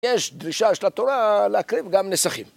יש דרישה של התורה להקריב גם נסכים.